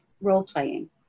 role-playing